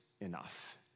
enough